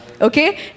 okay